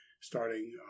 starting